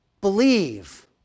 Believe